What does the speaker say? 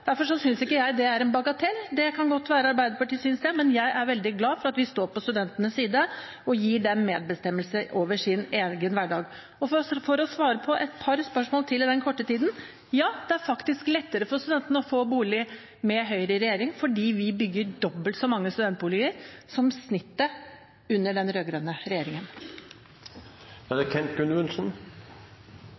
Derfor synes ikke jeg det er en bagatell – det kan godt være Arbeiderpartiet synes det. Jeg er veldig glad for at vi står på studentenes side og gir dem medbestemmelse over sin egen hverdag. For å svare på et par spørsmål til på den korte tiden: Det er faktisk lettere for studentene å få bolig med Høyre i regjering, fordi vi bygger dobbelt så mange studentboliger som snittet under den rød-grønne regjeringen. Det som fikk meg til å ta ordet, var at det er